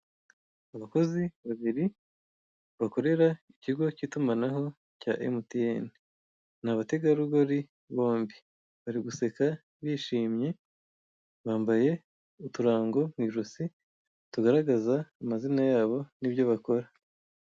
Abakozi babiri bakorera ikigo cy'itumanaho cya MTN, ni abategarugori bombi, bari guseka bishimye bambaye uturango mu ijosi tugaragaza amazina yabo nibyo bakora.